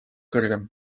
kõrgem